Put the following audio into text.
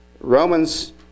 Romans